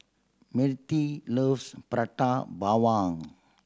Mertie loves Prata Bawang